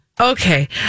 Okay